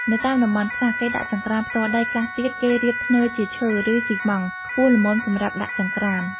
នៅតាមតំបន់ខ្លះ គេដាក់ចង្ក្រានផ្ទាល់ដី ខ្លះទៀត គេរៀបធ្នើជាឈើ ឬ សុីម៉ង់ ខ្ពស់ល្មមសម្រាប់ដាក់ចង្រ្កាន។